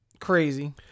Crazy